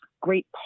great